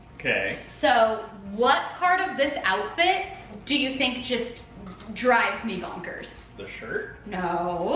okay so what part of this outfit do you think just drives me bonkers? the shirt? no.